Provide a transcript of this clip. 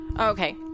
Okay